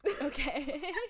Okay